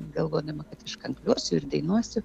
galvodama kad aš kankliuosiu ir dainuosiu